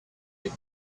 get